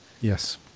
Yes